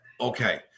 Okay